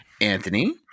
anthony